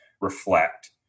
reflect